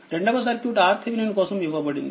రెండవ circuit RTh కోసం ఇవ్వబడింది